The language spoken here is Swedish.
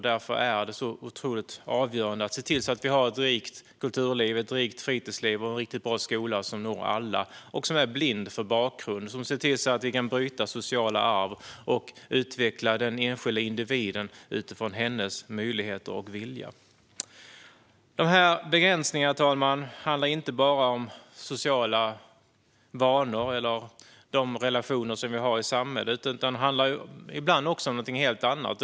Därför är det så otroligt avgörande att vi ser till att vi har ett rikt kulturliv, ett rikt fritidsliv och en riktigt bra skola som når alla och som är blind för bakgrund. Så ser vi till att vi kan bryta sociala arv och utveckla den enskilda individen utifrån hennes möjligheter och vilja. Herr talman! Begränsningarna handlar inte bara om sociala vanor eller om de relationer som vi har i samhället. De handlar ibland också om någonting helt annat.